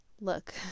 look